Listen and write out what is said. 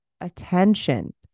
attention